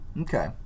Okay